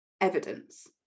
evidence